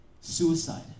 suicide